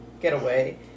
getaway